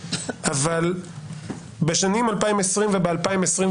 אבל בשנים 2020 וב-2021,